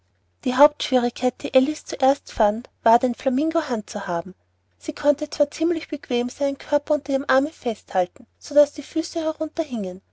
die hauptschwierigkeit die alice zuerst fand war den flamingo zu handhaben sie konnte zwar ziemlich bequem seinen körper unter ihrem arme festhalten so daß die füße